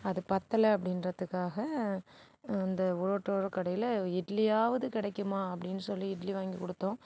அது பத்தல அப்படின்றதுக்காக இந்த ரோட்டோர கடைல இட்லியாவது கிடைக்குமா அப்படின் சொல்லி இட்லி வாங்கி கொடுத்தோம்